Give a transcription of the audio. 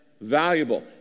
valuable